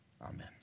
amen